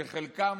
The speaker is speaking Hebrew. שחלקם,